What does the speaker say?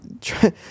try